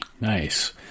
Nice